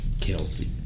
Kelsey